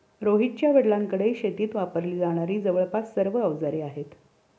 रोहितच्या वडिलांकडे शेतीत वापरली जाणारी जवळपास सर्व अवजारे आहेत